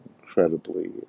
incredibly